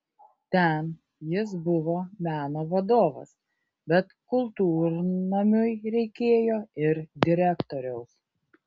ten jis buvo meno vadovas bet kultūrnamiui reikėjo ir direktoriaus